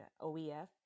OEF